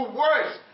worse